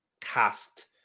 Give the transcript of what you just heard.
cast